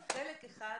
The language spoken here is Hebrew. חלק אחד